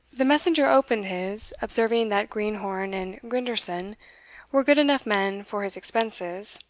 the messenger opened his, observing that greenhorn and grinderson were good enough men for his expenses,